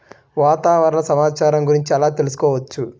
వాతావరణ సమాచారం గురించి ఎలా తెలుసుకోవచ్చు?